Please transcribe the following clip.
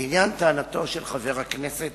לעניין טענתו של חבר הכנסת